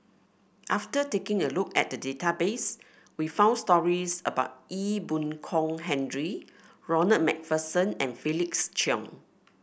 after taking a look at the database we found stories about Ee Boon Kong Henry Ronald MacPherson and Felix Cheong